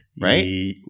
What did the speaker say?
right